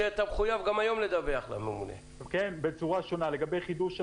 שאתה מחויב גם היום לדווח לממונה חצי שנה.